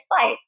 fight